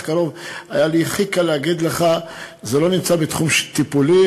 היה לי הכי קל להגיד לך שזה לא נמצא בתחום טיפולי,